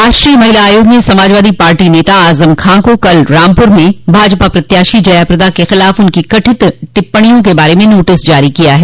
राष्ट्रीय महिला आयोग ने समाजवादी पार्टी नेता आजम ख़ान को कल रामपूर में भाजपा प्रत्याशी जया प्रदा के खिलाफ उनकी कथित टिप्पणियों के बारे में नोटिस जारी किया है